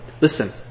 Listen